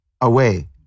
away